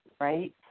right